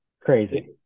Crazy